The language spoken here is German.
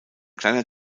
kleiner